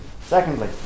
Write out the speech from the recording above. Secondly